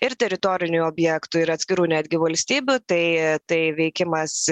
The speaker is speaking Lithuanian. ir teritorinių objektų ir atskirų netgi valstybių tai tai veikimas